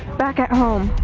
back at home.